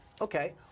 Okay